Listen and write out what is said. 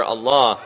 Allah